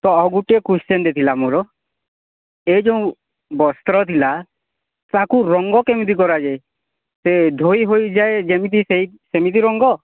ତ ଗୋଟିଏ କ୍ୱଶ୍ଚେନ୍ଟେ ଥିଲା ମୋର ଏ ଯୋଉଁ ବସ୍ତ୍ର ଥିଲା ତାକୁ ରଙ୍ଗ କେମିତି କରାଯାଏ ସେ ଧୋଇ ହୋଇଯାଏ ଯେମିତି ସେଇ ସେମିତି ରଙ୍ଗ